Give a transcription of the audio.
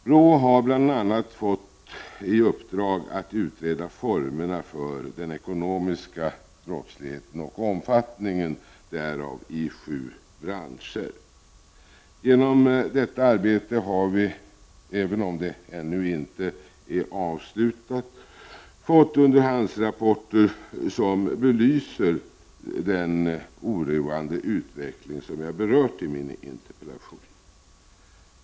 BRÅ har bl.a. fått i uppdrag att utreda formerna för den ekonomiska brottsligheten och omfattningen därav i sju branscher. Från detta arbete har vi — även om det ännu inte är avslutat — fått underhandsrapporter som belyser den oroande utveckling som jag berört i min interpellation.